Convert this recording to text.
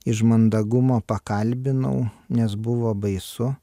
iš mandagumo pakalbinau nes buvo baisu